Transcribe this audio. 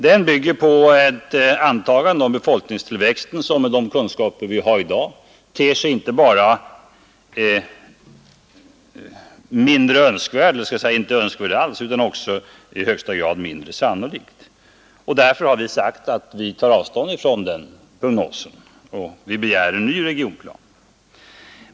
Den bygger på ett antagande om befolkningstillväxten som med de kunskaper vi har i dag ter sig inte bara mindre önskvärd eller inte önskvärd alls utan också mindre sannolik. Därför har vi sagt att vi tar avstånd från den prognosen, och vi begär en ny regionplan.